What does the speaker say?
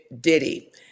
Diddy